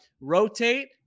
rotate